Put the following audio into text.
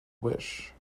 wish